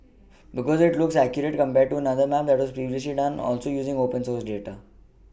because it looks accurate compared to another map that was previously done also using open source data